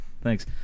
Thanks